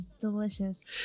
Delicious